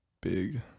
big